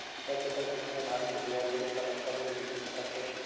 दस एकड़ जमीन मा धान के बुआई बर मोला कतका लोन मिलिस सकत हे?